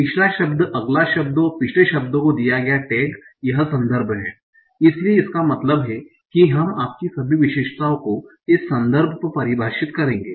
पिछला शब्द अगला शब्द और पिछले शब्द को दिया गया टैग यह संदर्भ है इसलिए इसका मतलब है कि हम आपकी सभी विशेषताओं को इस संदर्भ पर परिभाषित करेंगे